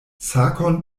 sakon